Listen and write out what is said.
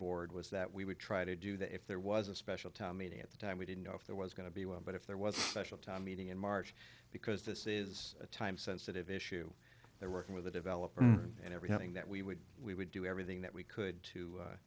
board was that we would try to do that if there was a special town meeting at the time we didn't know if there was going to be well but if there was a special time meeting in march because this is a time sensitive issue they're working with the developer and everything that we would we would do everything that we could to